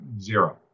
zero